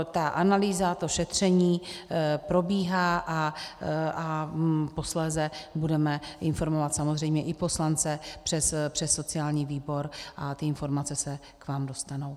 Ta analýza, šetření probíhá a posléze budeme informovat samozřejmě i poslance přes sociální výbor a informace se k vám dostanou.